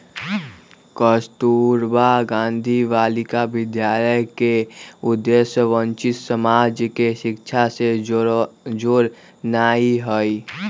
कस्तूरबा गांधी बालिका विद्यालय के उद्देश्य वंचित समाज के शिक्षा से जोड़नाइ हइ